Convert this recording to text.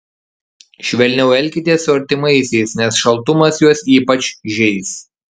švelniau elkitės su artimaisiais nes šaltumas juos ypač žeis